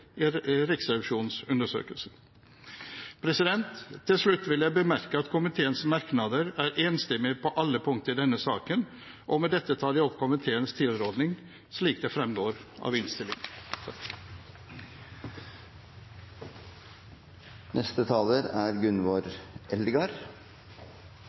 i Riksrevisjonens undersøkelse. Til slutt vil jeg bemerke at komiteen er enstemmig på alle punkt i merknadene i denne saken, og med dette anbefaler jeg komiteens tilråding slik den fremgår av